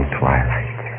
twilight